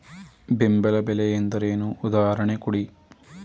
ಬೆಂಬಲ ಬೆಲೆ ಎಂದರೇನು, ಉದಾಹರಣೆ ಕೊಡಿ?